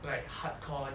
like hardcore